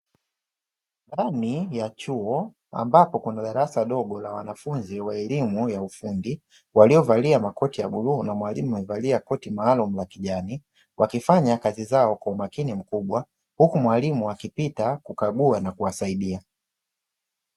Ndani ya chuo ambapo kuna darasa dogo la wanafunzi wa elimu ya ufundi waliovalia makoti ya bluu, na mwalimu amevalia koti maalumu la kijani, wakifanya kazi zao kwa umakini mkubwa, huku mwalimu akipita kukagua na kuwasaidia.